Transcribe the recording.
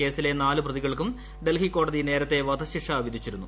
കേസിലെ നാല് പ്രതികൾക്കും ഡൽഹി കോടതി നേരത്തെ വധശിക്ഷ വിധിച്ചിരുന്നു